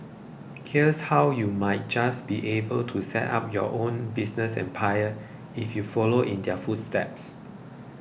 here's how you might just be able to set up your own business empire if you follow in their footsteps